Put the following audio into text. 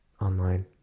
Online